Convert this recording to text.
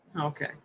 Okay